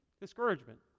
discouragement